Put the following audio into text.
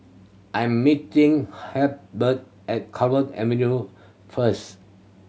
I'm meeting Halbert at Clover Avenue first